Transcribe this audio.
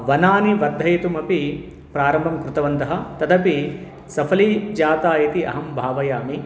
वनानि वर्धयितुमपि प्रारम्भं कृतवन्तः तदपि सफलीजाता इति अहं भावयामि